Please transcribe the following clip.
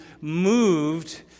moved